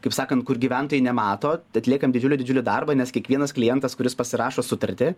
kaip sakant kur gyventojai nemato atliekam didžiulį didžiulį darbą nes kiekvienas klientas kuris pasirašo sutartį